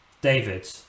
david